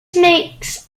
makes